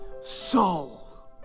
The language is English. soul